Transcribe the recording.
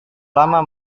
lama